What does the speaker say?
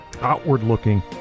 outward-looking